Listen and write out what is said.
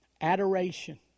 adoration